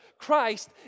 Christ